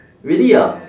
really ah